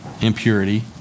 impurity